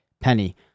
Penny